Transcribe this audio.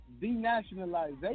denationalization